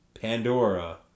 Pandora